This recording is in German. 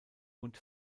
und